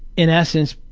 in essence,